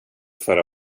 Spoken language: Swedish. förra